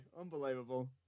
Unbelievable